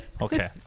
Okay